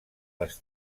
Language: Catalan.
les